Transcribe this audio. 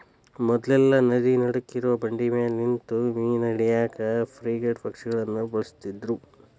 ಮೊದ್ಲೆಲ್ಲಾ ನದಿ ನಡಕ್ಕಿರೋ ಬಂಡಿಮ್ಯಾಲೆ ನಿಂತು ಮೇನಾ ಹಿಡ್ಯಾಕ ಫ್ರಿಗೇಟ್ ಪಕ್ಷಿಗಳನ್ನ ಬಳಸ್ತಿದ್ರು